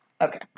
Okay